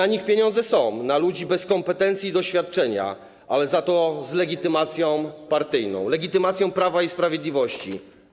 Na nich pieniądze są, na ludzi bez kompetencji i doświadczenia, ale za to z legitymacją partyjną, legitymacją Prawa i Sprawiedliwości.